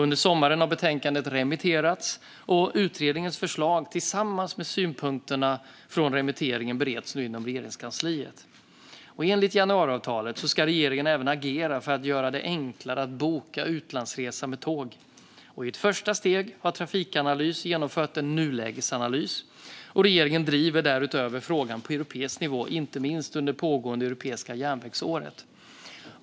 Under sommaren har betänkandet remitterats, och utredningens förslag, tillsammans med synpunkterna från remitteringen, bereds nu inom Regeringskansliet. Enligt januariavtalet ska regeringen även agera för att göra det enklare att boka utlandsresa med tåg. I ett första steg har Trafikanalys genomfört en nulägesanalys. Regeringen driver därutöver frågan på europeisk nivå, inte minst under det pågående europeiska järnvägsåret.